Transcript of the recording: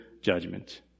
judgment